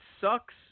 sucks